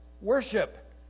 worship